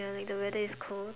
when like the weather is cold